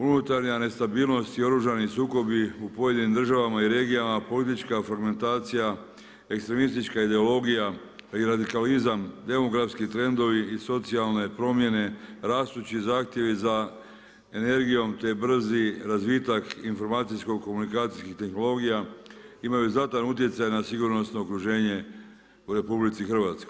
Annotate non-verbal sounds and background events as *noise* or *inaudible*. Unutarnja nestabilnost i oružani sukobi u pojedinim državama i regijama, politička … *unintelligible* ekstremistička ideologija i radikalizam, demografski trendovi i socijalne promjene, rastući zahtjeve za energijom te brzi razvitak informacijsko komunikacijsko tehnologija imaju znatan utjecaj na sigurnosno okruženje u RH.